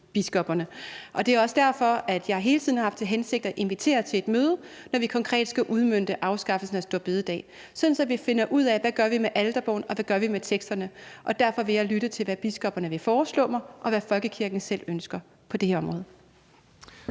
Det er også derfor, at jeg hele tiden har haft til hensigt at invitere til et møde, når vi konkret skal udmønte afskaffelsen af store bededag, sådan at vi finder ud af, hvad vi gør med alterbogen, og hvad vi gør med teksterne. Derfor vil jeg lytte til, hvad biskopperne vil foreslå mig, og hvad folkekirken selv ønsker på det her område.